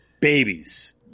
Babies